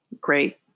great